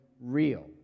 real